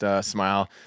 smile